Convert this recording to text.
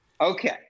Okay